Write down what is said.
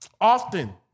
Often